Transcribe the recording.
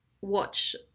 watch